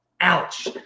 Ouch